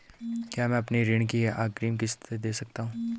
क्या मैं अपनी ऋण की अग्रिम किश्त दें सकता हूँ?